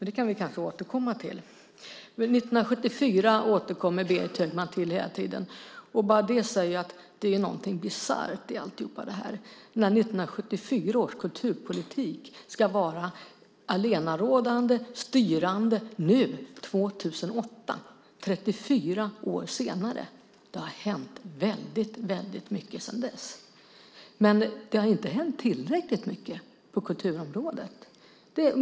Det kan vi kanske återkomma till. Berit Högman återkommer hela tiden till år 1974. Enbart det säger att det är någonting bisarrt i alltihop när 1974 års kulturpolitik ska vara allenarådande och styrande nu år 2008, 34 år senare. Det har hänt väldigt mycket sedan dess. Men det har inte hänt tillräckligt mycket på kulturområdet.